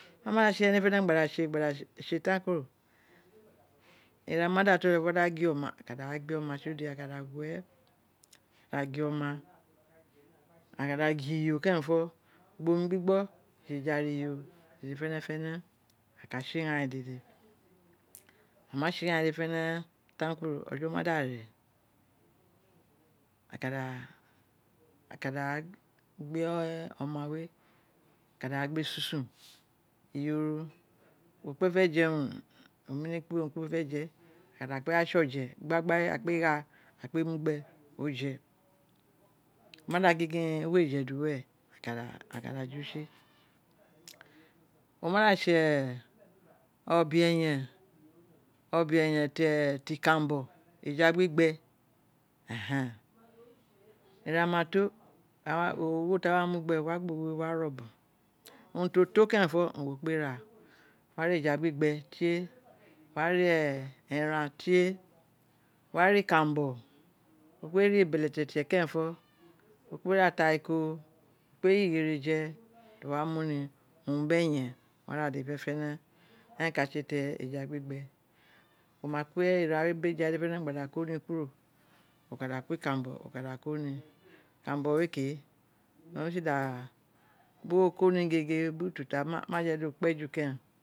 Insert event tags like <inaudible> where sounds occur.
Mo ma da tse eghan mi dede fenfen gba da tse gba da tan kuro <noise> ira ma da to tagba gwe owa aka ra gbe oma tsi ode a ka da gh3 a ka gwe oma aka da gwe iyoro keren fo gba omi gbigbo jiji ara iyo ro dede fene fene a ka da tse ighan dede a ma tse ighan dede fene fene tan kuro <noise> ojo ma ola re a ka du a ka da ra gba oma we a ka da ra gbe susun iyo ro wo kpe je jeun omini kpe urun ka urun ti won fe je aka da kpe ra tse oje ogbagbe we a kpe gha a kpe mu gbe o je <noise> oma da gin gin da justi o ma da tse ove eyen ki kara bo oja gbigbe ira ma to ogho ti a wa mu gbere wo wa gba ogho we wo re obon urun ti o to keren fo oun wo kpe ra wo wa ra eja gbigyie wo wa ra eran tie wo wa ra ikaranbo wo kpe ra ibeletete kenren ti to wa kpe ra atako wo kpe ra ighereje ti wo wa mu ni owun biri eyen wo wa ra dede fene fene eren we ka tse ti eja gbigbe wa ma ko eran we biri eja we dede fene fene gba da koni kuro o ka da ko o ka da ko ikanbo a ka da ko ni ikanbo me ke owun re sun da biri wo koli biri utuka ma-a je ji di okpeju keren